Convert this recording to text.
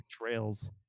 trails